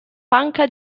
panca